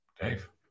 Dave